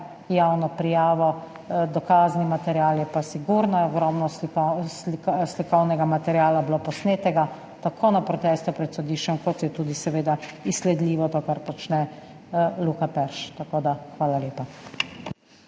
javno prijavo. Dokazni material je pa, sigurno je bilo tako ogromno slikovnega materiala posnetega na protestu pred sodiščem kot je tudi seveda izsledljivo to, kar počne Luka Perš. Hvala lepa.